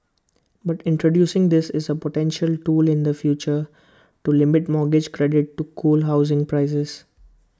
but introducing this is A potential tool in the future to limit mortgage credit to cool housing prices